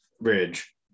bridge